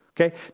Okay